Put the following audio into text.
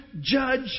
judge